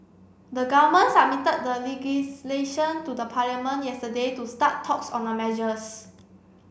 the government submitted the legislation to the Parliament yesterday to start talks on the measures